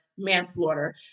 manslaughter